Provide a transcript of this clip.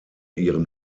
ihren